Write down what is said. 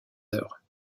heures